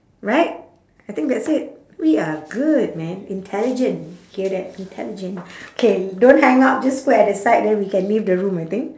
right I think that's it we are good man intelligent hear that intelligent K don't hang up just put at the side then we can leave the room I think